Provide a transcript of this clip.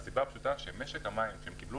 זה נובע מהסיבה הפשוטה שמשק המים שהם קיבלו